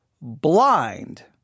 blind